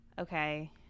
okay